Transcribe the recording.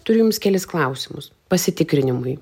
turiu jums kelis klausimus pasitikrinimui